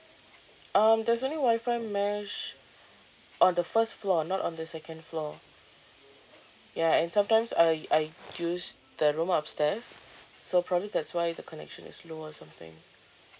um there's only WIFI mesh on the first floor or not on the second floor ya and sometimes I I use the room upstairs so probably that's why the connection is slow or something